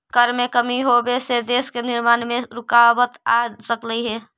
कर में कमी होबे से देश के निर्माण में रुकाबत आ सकलई हे